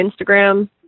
Instagram